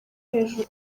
hejuru